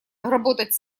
работать